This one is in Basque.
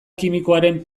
kimikoaren